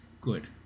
Good